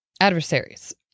adversaries